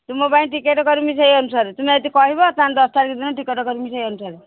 ତୁମ ପାଇଁ ଟିକେଟ୍ କରିବି ସେଇ ଅନୁସାରେ ତୁମେ ଯଦି କହିବ ତାହେଲେ ଦଶ ତାରିଖ ଦିନ ଟିକେଟ୍ କରିବି ସେଇ ଅନୁସାରେ